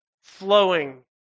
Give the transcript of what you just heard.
flowing